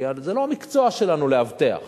כי זה לא המקצוע שלנו לאבטח.